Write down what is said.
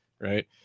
right